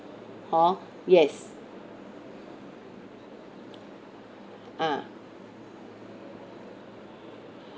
hor yes ah